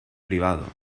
privado